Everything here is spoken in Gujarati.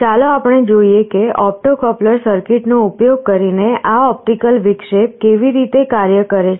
ચાલો જોઈએ કે ઓપ્ટો કપ્લર સર્કિટનો ઉપયોગ કરીને આ ઓપ્ટિકલ વિક્ષેપ કેવી રીતે કાર્ય કરે છે